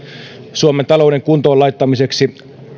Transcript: suomen talouden kuntoon laittamiseksi